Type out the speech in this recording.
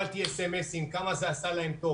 קיבלתיSMS כמה זה עשה להם טוב.